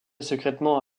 secrètement